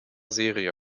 serie